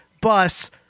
bus